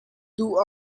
duh